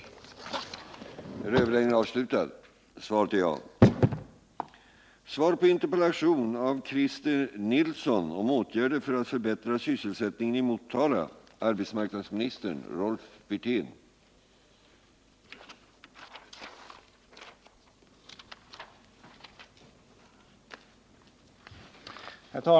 att förbättra sysselsättningen i Motala